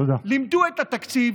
למדו את התקציב,